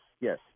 Yes